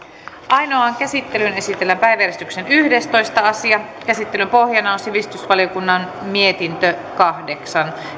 ainoaan käsittelyyn esitellään päiväjärjestyksen yhdestoista asia käsittelyn pohjana on sivistysvaliokunnan mietintö kahdeksan